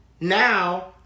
Now